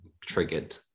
triggered